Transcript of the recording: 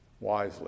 wisely